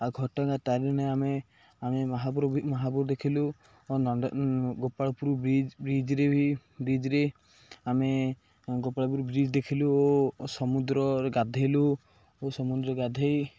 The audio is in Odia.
ଆଉ ଘଟଗାଁ ତାରିଣୀରେ ଆମେ ଆମେ ମହାପ ମହାପୁର ଦେଖିଲୁ ଓ ଗୋପାଳପୁରୁ ବ୍ରିଜ ବ୍ରିଜରେ ବି ବ୍ରିଜରେ ଆମେ ଗୋପାଳପୁର ବ୍ରିଜ ଦେଖିଲୁ ଓ ସମୁଦ୍ରରେ ଗାଧେଇଲୁ ଓ ସମୁଦ୍ରରେ ଗାଧେଇ